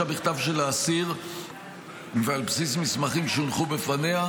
בכתב של האסיר ועל בסיס מסמכים שיונחו בפניה,